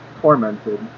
tormented